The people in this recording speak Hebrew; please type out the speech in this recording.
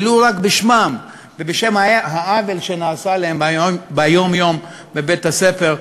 ולו רק בשמם ובשם העוול שנעשה להם ביום-יום בבית-הספר,